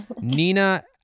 nina